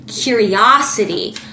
curiosity